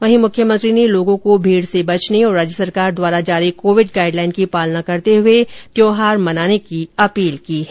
वहीं मुख्यमंत्री ने लोगों को भीड़ से बचने और राज्य सरकार द्वारा जारी कोविड गाईडलाइन की पालना करते हये होली का त्यौहार मनाने की अपील की है